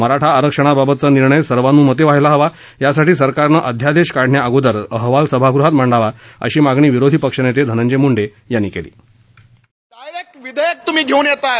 मराठा आरक्षणाबाबतचा निर्णय सर्वानुमते व्हायला हवा यासाठी सरकारनं अध्यादेश काढण्याअगोदर अहवाल सभागृहात मांडावा अशी मागणी विरोधी पक्ष नेते धनंजय मुंडे यांनी केली आहे